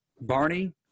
Barney